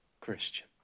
Christian